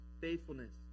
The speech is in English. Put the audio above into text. faithfulness